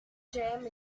jam